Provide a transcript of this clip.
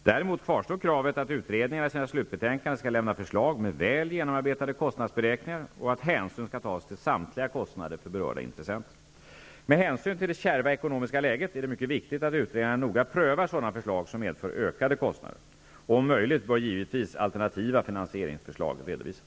Däremot kvarstår kravet att utredningarna i sina slutbetänkanden skall lämna förslag med väl genomarbetade kostnadsberäkningar och att hänsyn skall tas till samtliga kostnader för berörda intressenter. Med hänsyn till det kärva ekonomiska läget är det mycket viktigt att utredningarna noga prövar sådana förslag som medför ökade kostnader. Om möjligt bör givetvis alternativa finansieringsförslag redovisas.